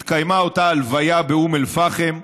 התקיימה אותה הלוויה באום אל-פחם.